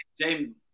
James